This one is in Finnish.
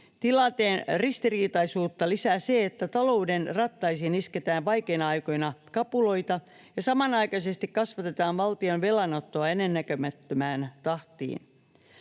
tilanteen ristiriitaisuutta lisää se, että talouden rattaisiin isketään vaikeina aikoina kapuloita ja samanaikaisesti kasvatetaan valtion velanottoa ennennäkemättömään tahtiin.